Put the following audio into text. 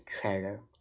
treasure